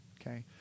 Okay